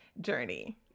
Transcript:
journey